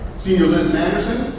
senior liz manderson,